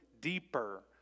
deeper